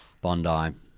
Bondi